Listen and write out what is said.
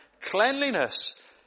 cleanliness